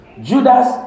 Judas